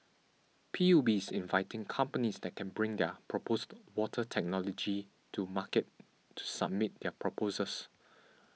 P U B is inviting companies that can bring their proposed water technology to market to submit their proposals